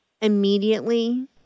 Immediately